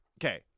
okay